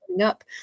up